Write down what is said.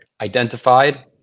identified